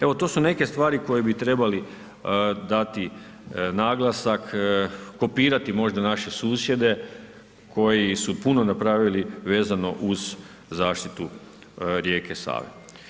Evo, to su neke stvari koje bi trebali dati naglasak, kopirati možda naše susjede koji su puno napravili vezano uz zaštitu rijeke Save.